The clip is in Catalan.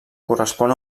correspon